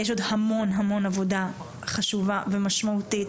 יש עוד המון המון עבודה חשובה ומשמעותית,